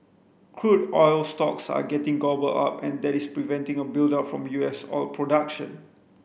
crude oil stocks are getting gobbled up and that is preventing a buildup from U S oil production